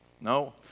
no